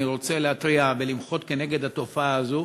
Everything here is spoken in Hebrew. אני רוצה להתריע ולמחות על התופעה הזו,